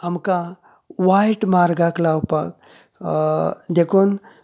आमकां वायट मार्गाक लावपाक देखून